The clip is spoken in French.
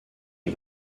est